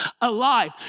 alive